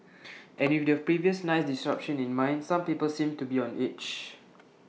and with the previous night's disruption in mind some people seemed to be on edge